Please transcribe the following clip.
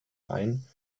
ein